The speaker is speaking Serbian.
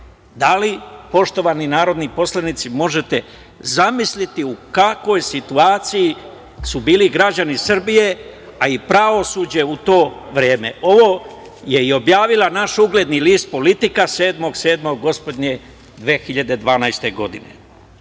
citat. Poštovani narodni poslanici, da li možete zamisliti u kakvoj situaciji su bili građani Srbije, a i pravosuđe u to vreme? Ovo je objavio naš ugledni list „Politika“ 7.7.2012. godine. Da